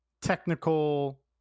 technical